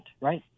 right